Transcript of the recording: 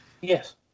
yes